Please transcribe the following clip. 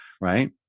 Right